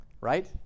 right